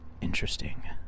interesting